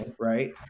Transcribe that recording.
Right